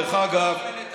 דרך אגב,